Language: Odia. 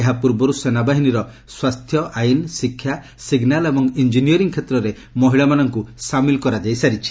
ଏହା ପୂର୍ବରୁ ସେନା ବାହିନୀର ସ୍ୱାସ୍ଥ୍ୟ ଆଇନ୍ ଶିକ୍ଷା ସିଗ୍ନାଲ୍ ଏବଂ ଇଞ୍ଜିନିୟରିଂ କ୍ଷେତ୍ରରେ ମହିଳାମାନଙ୍କୁ ସାମିଲ କରାଯାଇ ସାରିଛି